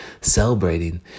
celebrating